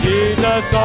Jesus